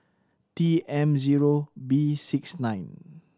T M zero B six nine